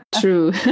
true